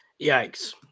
Yikes